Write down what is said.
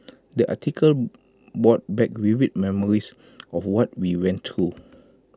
the article brought back vivid memories of what we went through